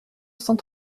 cent